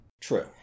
true